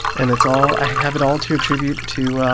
and it's all i have it all to attribute to